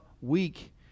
week